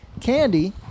Candy